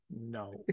No